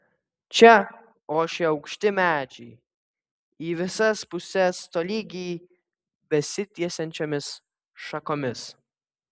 čia ošė aukšti medžiai į visas puses tolygiai besitiesiančiomis šakomis